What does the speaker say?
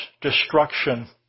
destruction